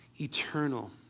eternal